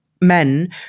men